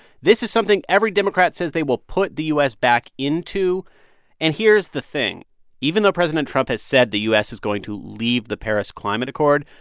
this is something every democrat says they will put the u s. back into and here's the thing even though president trump has said the u s. is going to leave the paris climate accord,